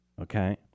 Okay